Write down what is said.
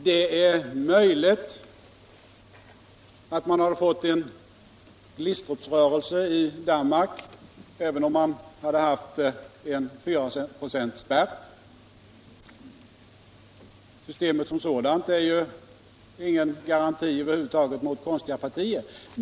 Det är möjligt att man hade fått en Glistruprörelse i Danmark även om man hade haft en fyraprocentsspärr, systemet som sådant är ju ingen garanti mot konstiga partier.